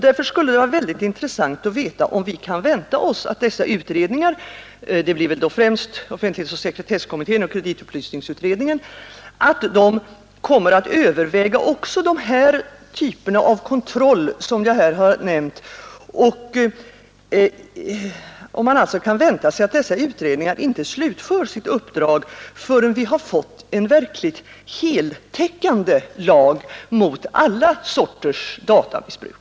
Därför skulle det vara väldigt intressant att veta om vi kan vänta oss att dessa utredningar — det blir väl då främst offentlighetsoch sekretesslagstiftningskommittén och kreditupplysningsutredningen — kommer att överväga också de typer av kontroll som jag här har nämnt och alltså inte slutför sina uppdrag förrän vi har fått en verkligt heltäckande lag mot alla sorters datamissbruk.